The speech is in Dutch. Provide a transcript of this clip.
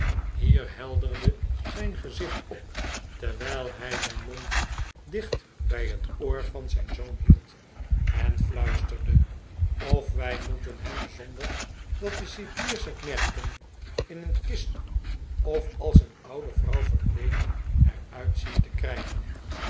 hier helderde zijn gezicht op terwijl hij zijn mond dicht bij net oor van zijn zoon hield en fluisterde of wij moesten hem zonder dat de cipiers het merken in een kist of als een oude vrouw verkleed er uit zien te krijgen